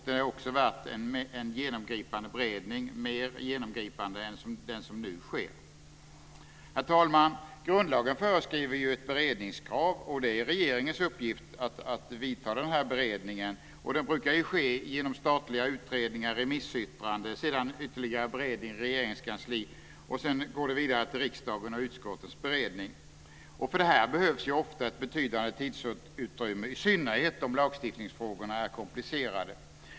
Det är också värt en mer genomgripande beredning än den som nu sker. Herr talman! Grundlagen föreskriver ju ett beredningskrav. Det är regeringens uppgift att vidta den här beredningen. Den brukar ske genom statliga utredningar, remissyttranden och sedan ytterligare beredning i Regeringskansliet. Sedan går det vidare till riksdagen och utskottens beredning. För det här behövs det ofta ett betydande tidsutrymme, i synnerhet om lagstiftningsfrågorna är komplicerade.